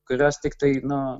kurios tiktai nu